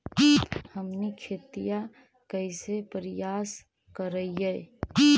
हमनी खेतीया कइसे परियास करियय?